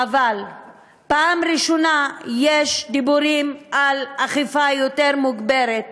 אבל בפעם הראשונה יש דיבורים על אכיפה מוגברת,